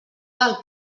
del